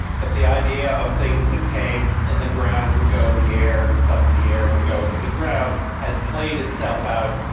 but the idea of things that came in the ground would go in the air and stuff in the air would go into the ground has played itself out.